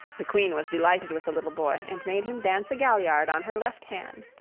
the queen was delighted with the little boy, and made him dance a gaillard on her left hand.